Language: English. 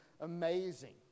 amazing